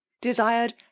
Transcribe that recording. desired